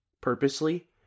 purposely